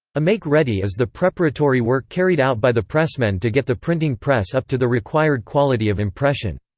a make-ready is the preparatory work carried out by the pressmen to get the printing press up to the required quality of impression.